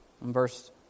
verse